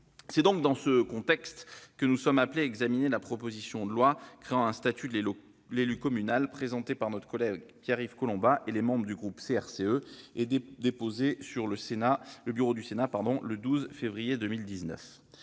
C'est donc dans ce contexte que nous sommes appelés à examiner la proposition de loi créant un statut de l'élu communal, présentée par notre collègue Pierre-Yves Collombat et les membres du groupe CRCE et déposée sur le bureau du Sénat le 12 février 2019.